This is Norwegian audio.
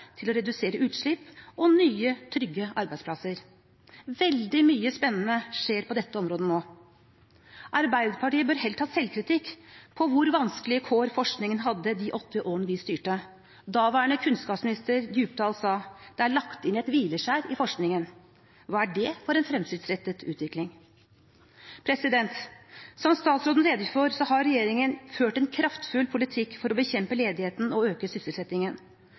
til å redusere utslipp og å skape nye trygge arbeidsplasser. Veldig mye spennende skjer på dette området nå. Arbeiderpartiet bør heller ta selvkritikk på hvor vanskelige kår forskningen hadde de åtte årene de styrte. Daværende kunnskapsminister Djupedal sa: Det er lagt inn et hvileskjær i forskningen. – Hva er det for en fremtidsrettet utvikling? Som statsråden redegjorde for, har regjeringen ført en kraftfull politikk for å bekjempe ledigheten og øke sysselsettingen.